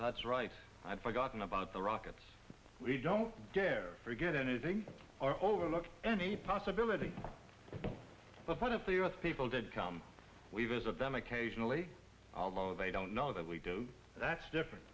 that's right i'd forgotten about the rockets we don't dare forget anything or overlook any possibility of one of the us people that come we visit them occasionally although they don't know that we do that's different